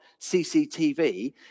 CCTV